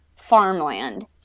farmland